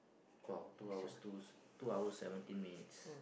!wow! two hours two two hours seventeen minutes